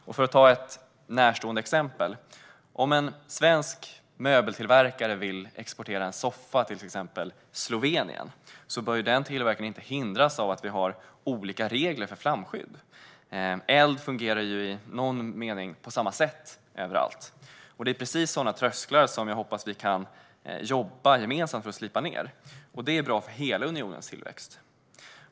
Låt mig ge ett närstående exempel. Om en svensk möbeltillverkare vill exportera en soffa till exempelvis Slovenien bör den tillverkaren inte hindras av att det finns olika regler för flamskydd. Eld fungerar i någon mening på samma sätt överallt. Det är precis sådana trösklar jag hoppas att vi kan jobba gemensamt för att slipa ned. Det är bra för hela unionens tillväxt.